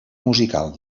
musical